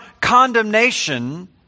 condemnation